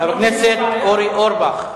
חבר הכנסת אורי אורבך.